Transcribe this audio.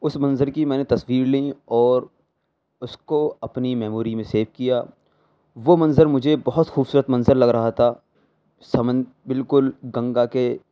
اس منظر کی میں نے تصویر لیں اور اس کو اپنی میموری میں سیو کیا وہ منظر مجھے بہت خوبصورت منظر لگ رہا تھا بالکل گنگا کے